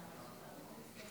נתקבלו.